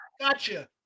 gotcha